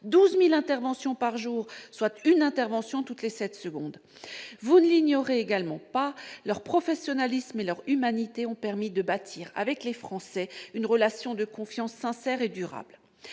12 000 interventions par jour, soit une intervention toutes les sept secondes. Vous ne l'ignorez pas davantage, leur professionnalisme et leur humanité ont permis de bâtir avec les Français une relation de confiance sincère et durable.